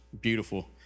beautiful